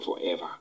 forever